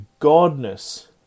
Godness